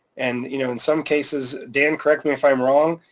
and you know in some cases, dan, correct me if i'm wrong,